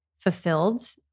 Fulfilled